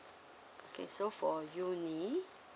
okay so for U_N_I